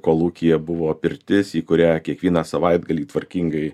kolūkyje buvo pirtis į kurią kiekvieną savaitgalį tvarkingai